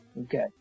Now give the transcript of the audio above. Okay